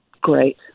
great